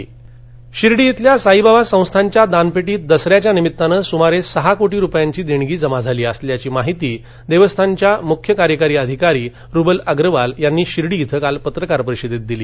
शिर्डी शिर्डी इथल्या साईबाबा संस्थानच्या दानपेटीत दसऱ्याच्या निमित्तानं सुमारे सहा कोटी रुपयांची देणगी जमा झाली असल्याची माहिती देवस्थानच्या मुख्य कार्यकारी अधिकारी रुबल अप्रवाल यांनी शिर्डी इथं काल पत्रकार परिषदेत दिली